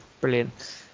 brilliant